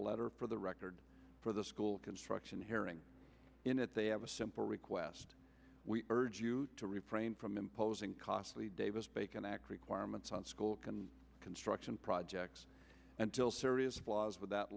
letter for the record for the school construction hearing in it they have a simple request we urge you to refrain from imposing costly davis bacon act requirements on school and construction projects until serious flaws with that